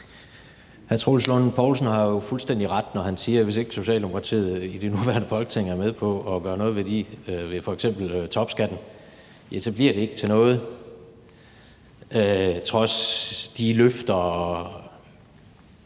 Hr. Troels Lund Poulsen har jo fuldstændig ret, når han siger, at hvis ikke Socialdemokratiet i det nuværende Folketing er med på at gøre noget ved f.eks. topskatten, ja, så bliver det ikke til noget trods billig